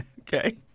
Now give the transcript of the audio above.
Okay